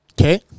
Okay